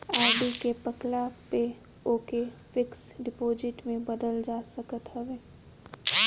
RD के पकला पअ ओके फिक्स डिपाजिट में बदल जा सकत हवे